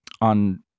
on